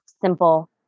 simple